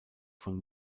von